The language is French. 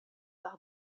par